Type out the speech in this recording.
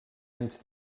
anys